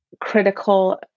critical